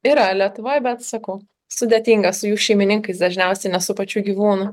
yra lietuvoj bet sakau sudėtinga su jų šeimininkais dažniausiai ne su pačiu gyvūnu